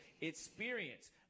experience